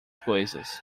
coisas